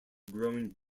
growing